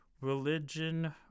religion